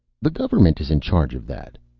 the government is in charge of that.